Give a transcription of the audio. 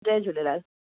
Jay Jhulelal